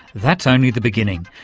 that's only the beginning.